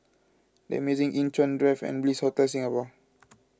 the Amazing Inn Chuan Drive and Bliss Hotel Singapore